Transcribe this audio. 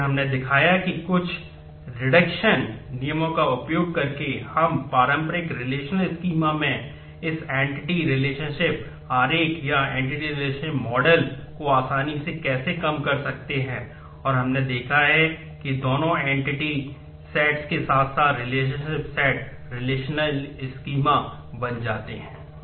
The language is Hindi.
और फिर हमने दिखाया है कि कुछ रिडक्शन बन जाते हैं